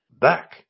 back